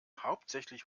hauptsächlich